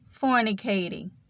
fornicating